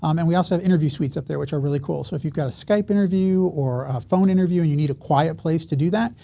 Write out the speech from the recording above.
um and we also have interview suites up there which are really cool, so if you've got a skype interview or a phone interview and you need a quiet place to do that.